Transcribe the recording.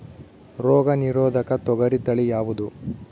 ರೋಗ ನಿರೋಧಕ ತೊಗರಿ ತಳಿ ಯಾವುದು?